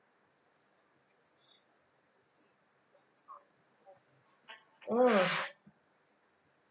mm